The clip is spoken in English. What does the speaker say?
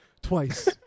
Twice